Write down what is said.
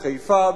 בחיפה,